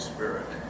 Spirit